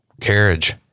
carriage